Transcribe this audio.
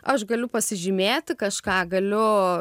aš galiu pasižymėti kažką galiu